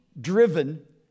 driven